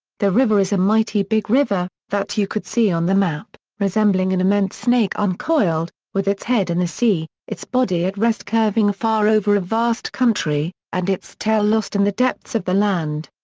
the river is a mighty big river, that you could see on the map, resembling an immense snake uncoiled, with its head in the sea, its body at rest curving afar over a vast country, and its tail lost in the depths of the land.